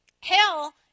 hell